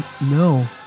no